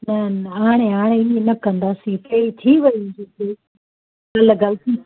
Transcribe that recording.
न न हाणे हाणे ईअं न कंदासीं हिते ई थी वई जिते कल्ह ग़लती